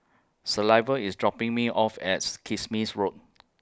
Silvia IS dropping Me off as Kismis Road